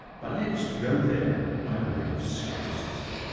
but let's go there by way of scepticism.